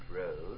Road